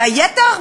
והיתר?